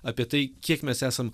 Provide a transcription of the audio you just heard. apie tai kiek mes esam